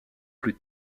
plus